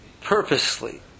purposely